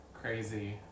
crazy